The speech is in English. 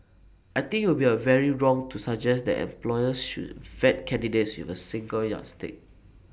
I think IT would be A very wrong to suggest that employers should vet candidates with A single yardstick